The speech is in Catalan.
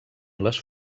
les